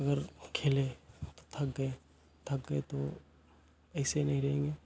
अगर खेलें तो थक गए थक गए तो ऐसे ही नहीं रहेंगे